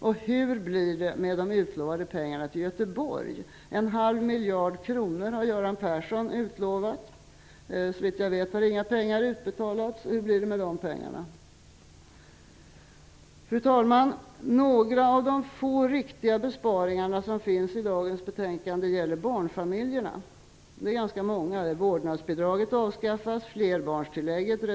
Och hur blir det med de utlovade pengarna till Göteborg - 0,5 miljarder kronor har Göran Persson utlovat. Såvitt jag vet har inga pengar utbetalats. Hur blir det med de pengarna? Fru talman! Några av de få riktiga besparingarna i dagens betänkande gäller barnfamiljerna. Det är ganska många besparingar. Vårdnadsbidraget avskaffas.